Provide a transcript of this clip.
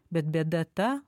bet bėda ta